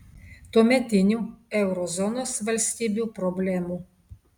tuometinių euro zonos valstybių problemų